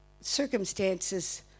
circumstances